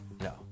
No